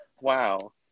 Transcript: wow